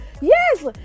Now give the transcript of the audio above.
yes